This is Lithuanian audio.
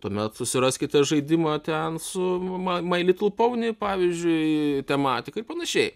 tuomet susiraskite žaidimą ten su my little pony pavyzdžiui tematika ir panašiai